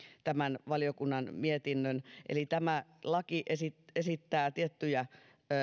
tämän valiokunnan mietinnön tämä laki esittää esittää tiettyjä